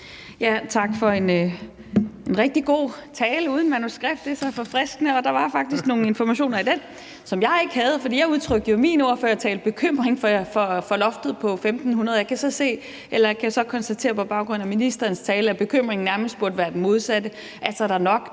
Tak for en rigtig god tale uden manuskript – det er så forfriskende – og der var faktisk nogle informationer i den, som jeg ikke havde. For jeg udtrykte jo i min ordførertale bekymring for loftet på 1.500, og jeg kan så konstatere på baggrund af ministerens tale, at bekymringen nærmest burde være det modsatte, altså om der er